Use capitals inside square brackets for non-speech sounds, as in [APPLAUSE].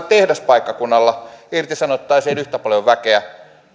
[UNINTELLIGIBLE] tehdaspaikkakunnalla irtisanottaisiin yhtä paljon väkeä